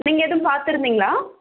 நீங்கள் எதுவும் பார்த்துருந்தீங்களா